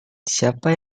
siapa